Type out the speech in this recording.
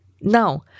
Now